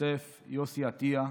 יוסף יוסי עטייה,